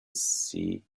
see